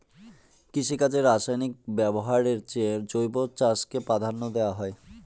কৃষিকাজে রাসায়নিক ব্যবহারের চেয়ে জৈব চাষকে প্রাধান্য দেওয়া হয়